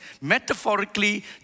metaphorically